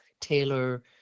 tailor